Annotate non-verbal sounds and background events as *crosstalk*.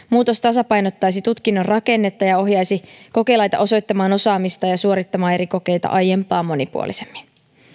*unintelligible* muutos tasapainottaisi tutkinnon rakennetta ja ohjaisi kokelaita osoittamaan osaamista ja ja suorittamaan eri kokeita aiempaa monipuolisemmin